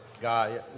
guy